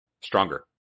stronger